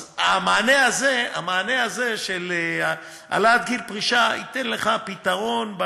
אז המענה הזה של העלאת גיל פרישה ייתן לך פתרון,